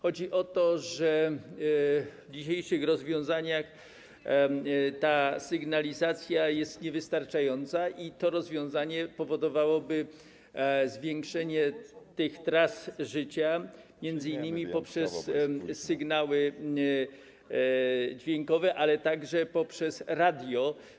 Chodzi o to, że w dzisiejszych rozwiązaniach ta sygnalizacja jest niewystarczająca i to rozwiązanie powodowałoby zwiększenie tras życia, m.in. poprzez sygnały dźwiękowe, ale także poprzez radio.